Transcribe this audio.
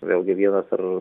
vėlgi vienos ar